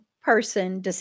person